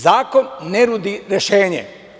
Zakon ne nudi rešenje.